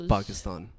Pakistan